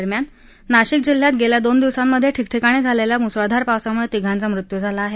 दरम्यान नाशिक जिल्ह्यात गेल्या दोन दिवसांमधे ठिकठिकाणी झालेल्या मुसळधार पावसामुळे तिघांचा मृत्यू झाला आहे